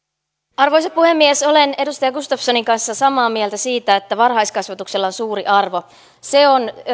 arvoisa puhemies olen edustaja gustafssonin kanssa samaa mieltä siitä että varhaiskasvatuksella on suuri arvo se on